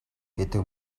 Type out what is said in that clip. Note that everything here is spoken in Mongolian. гэдэг